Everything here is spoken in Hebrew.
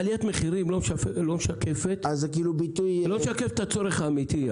עליית מחירים לא משקפת את הצורך האמיתי,